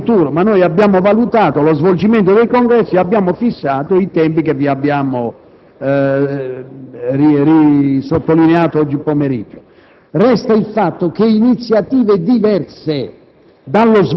per il futuro, ma abbiamo valutato lo svolgimento dei congressi e abbiamo fissato i tempi a voi comunicati oggi pomeriggio. Resta il fatto che iniziative diverse